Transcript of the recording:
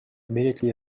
immediately